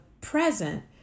present